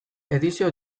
edizio